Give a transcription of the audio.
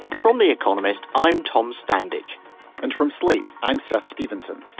from the economist i'm tom standage and from slate i'm seth stevenson.